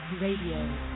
Radio